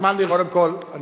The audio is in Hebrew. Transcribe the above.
קודם כול,